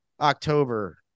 october